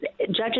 judges